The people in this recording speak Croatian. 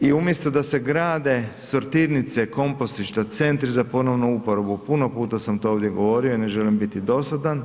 I umjesto da se grade sortirnice, kompostišta, centri za ponovnu uporabu, puno puta sam to ovdje govorio i ne želim biti dosadan.